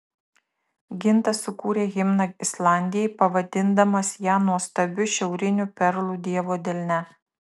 gintas sukūrė himną islandijai pavadindamas ją nuostabiu šiauriniu perlu dievo delne